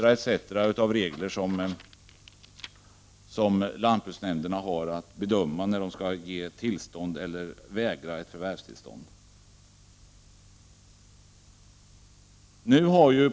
Det finns många sådana regler som lantbruksnämnderna har att gå efter när det gäller att medge eller vägra förvärvstillstånd.